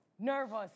Nervous